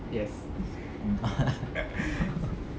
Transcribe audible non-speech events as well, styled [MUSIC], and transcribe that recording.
[LAUGHS]